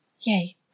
Yay